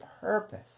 purpose